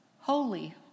Holy